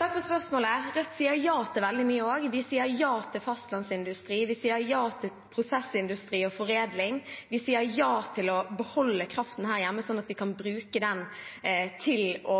Takk for spørsmålet. Rødt sier ja til veldig mye også. Vi sier ja til fastlandsindustri. Vi sier ja til prosessindustri og foredling. Vi sier ja til å beholde kraften her hjemme, slik at vi kan bruke den til å